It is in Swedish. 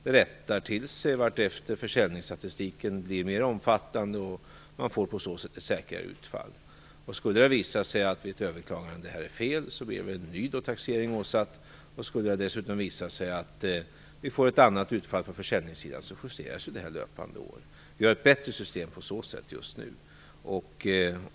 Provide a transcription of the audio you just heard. Det rättar till sig vartefter försäljningsstatistiken blir mer omfattande, och man får på så sätt ett säkrare utfall. Skulle det visa sig vid ett överklagande att taxeringen är fel blir en ny taxering åsatt. Skulle det dessutom visa sig att vi får ett annat utfall från försäljningssidan justerar sig det här med tiden. Vi har ett bättre system på så sätt just nu.